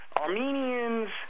Armenians